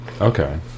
Okay